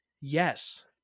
Yes